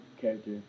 character